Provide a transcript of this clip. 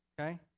okay